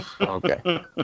Okay